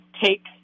take